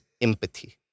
empathy